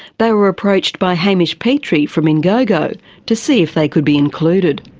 they were approached by hamish petrie from ingogo to see if they could be included.